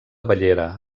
bellera